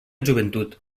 joventut